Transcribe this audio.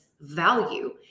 value